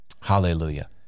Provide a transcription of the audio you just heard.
Hallelujah